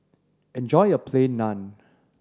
enjoy your Plain Naan